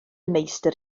meistr